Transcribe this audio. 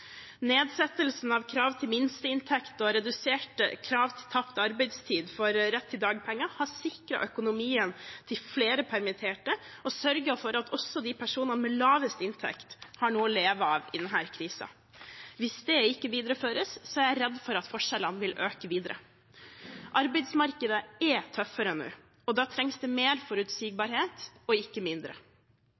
Nedsettelsen av krav til minsteinntekt og redusert krav til tapt arbeidstid for rett til dagpenger har sikret økonomien til flere permitterte og sørget for at også personene med lavest inntekt har noe å leve av i denne krisen. Hvis det ikke videreføres, er jeg redd for at forskjellene vil øke videre. Arbeidsmarkedet er tøffere nå, og da trengs det mer forutsigbarhet og ikke mindre.